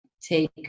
take